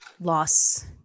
loss